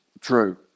True